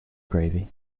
gravy